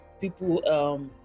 people